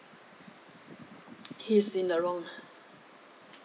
he is in the wrong